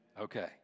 Okay